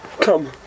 Come